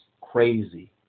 crazy